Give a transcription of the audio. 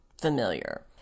familiar